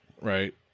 Right